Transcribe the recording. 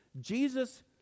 Jesus